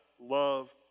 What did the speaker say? love